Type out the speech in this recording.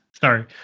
sorry